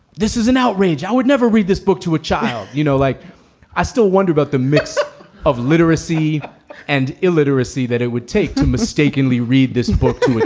this is an outrage. i would never read this book to a child. you know, like i still wonder about the mix of literacy and illiteracy that it would take to mistakenly read this book to.